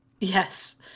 Yes